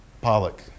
Pollock